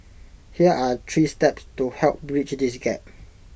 here are three steps to help bridge this gap